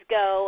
go